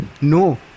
No